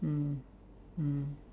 mm mm